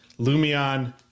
Lumion